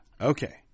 Okay